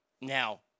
Now